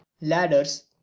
Ladders